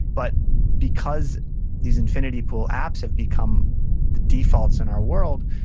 but because these infinity pool apps have become the defaults in our world,